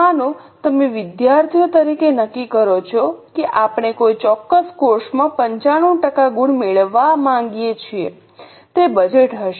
માનો તમે વિદ્યાર્થીઓ તરીકે નક્કી કરો છો કે આપણે કોઈ ચોક્કસ કોર્સમાં 95 ટકાના ગુણ મેળવવા માંગીએ છીએ તે બજેટ હશે